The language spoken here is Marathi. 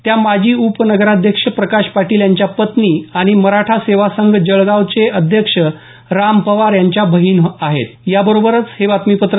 त्या माजी उप नगराध्यक्ष प्रकाश पाटील यांच्या पत्नी आणि मराठा सेवा संघ जळगावचे अध्यक्ष राम पवार यांच्या बहीण होत